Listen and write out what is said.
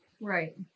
Right